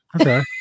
Okay